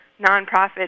nonprofit